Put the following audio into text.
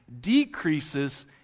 decreases